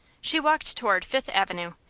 she walked toward fifth avenue,